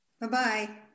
Bye-bye